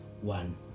one